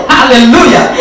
Hallelujah